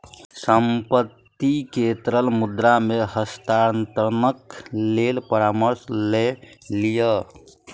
संपत्ति के तरल मुद्रा मे हस्तांतरणक लेल परामर्श लय लिअ